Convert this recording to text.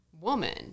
woman